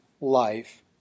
life